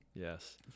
Yes